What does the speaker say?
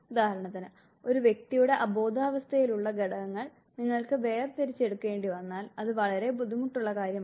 ഉദാഹരണത്തിന് ഒരു വ്യക്തിയുടെ അബോധാവസ്ഥയിലുള്ള ഘടകങ്ങൾ നിങ്ങൾക്ക് വേർതിരിച്ചെടുക്കേണ്ടിവന്നാൽ അത് വളരെ ബുദ്ധിമുട്ടുള്ള കാര്യമാണ്